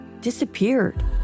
disappeared